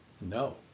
no